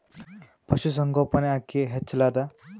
ಪಶುಸಂಗೋಪನೆ ಅಕ್ಕಿ ಹೆಚ್ಚೆಲದಾ?